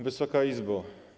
Wysoka Izbo!